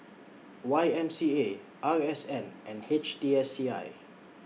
Y M C A R S N and H T S C I